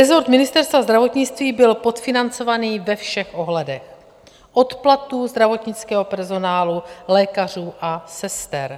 Resort Ministerstva zdravotnictví byl podfinancovaný ve všech ohledech, od platů zdravotnického personálu, lékařů a sester.